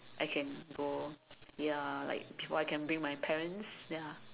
I can go ya like before I can bring my parents ya